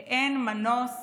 ואין מנוס